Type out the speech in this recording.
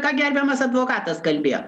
ką gerbiamas advokatas kalbėjo